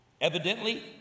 Evidently